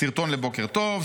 סרטון לבוקר טוב,